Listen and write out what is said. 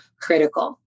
critical